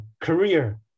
career